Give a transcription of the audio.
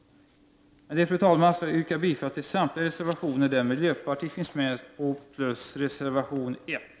Fru talman! Med detta yrkar jag bifall till samtliga reservationer som miljöpartiet står bakom samt till reservation nr 1.